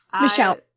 Michelle